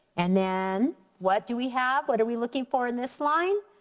and then what do we have? what are we looking for in this line?